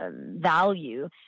value